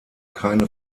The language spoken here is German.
keine